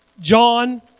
John